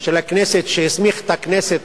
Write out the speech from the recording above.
של הכנסת, שהסמיך את הכנסת